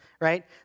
right